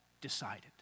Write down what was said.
decided